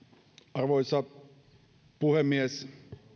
arvoisa puhemies